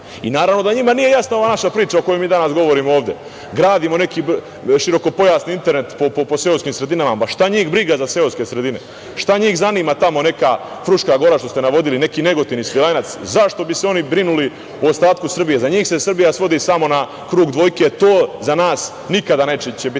Srbije? Naravno da njima nije jasna ova naša priča o kojoj mi danas govorimo ovde, gradimo neki širokopojasni internet po seoskih sredinama. Šta njih briga za seoske sredine? Šta njih zanima tamo neka Fruška Gora što ste navodili, neki Negotin i Svilajnac? Zašto bi se oni brinuli o ostatku Srbije? Za njih se Srbija svodi samo na krug dvojke. To za nas nikada neće biti